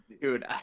Dude